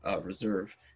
reserve